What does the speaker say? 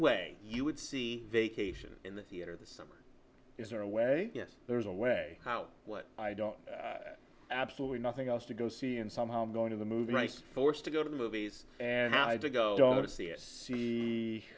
way you would see vacation in the theater this summer is there a way yes there's a way out what i don't absolutely nothing else to go see and somehow i'm going to the movie rice forced to go to the movies and i had to go see